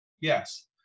Yes